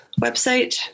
website